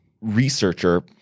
researcher